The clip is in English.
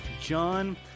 John